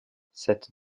cette